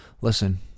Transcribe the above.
listen